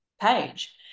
page